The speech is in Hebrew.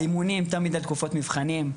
האימונים תמיד על תקופות מבחנים.